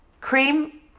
Cream